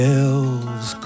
elves